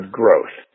growth